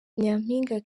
nyampinga